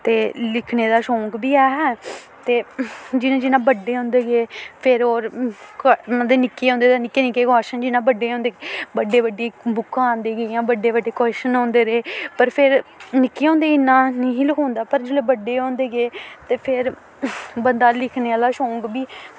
ते लिखने दा शौक बी ऐ हा ते जि'यां जि'यां बड्डे होंदे गे फिर होर मतलब निक्के होंदे ते निक्के निक्के क्वेश्चन जि'न्ना बड्डे होंदे गे बड्डी बड्डी बुक्कां औंदी गेइयां बड्डे बड्डे क्वेश्वन औंदे रेह् पर फिर निक्के होंदे इन्ना निं ही लखोंदा पर जेल्लै बड्डे होंदे गे ते फिर बंदा लिखने आह्ला शौक बी